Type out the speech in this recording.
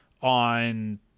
on